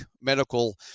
medical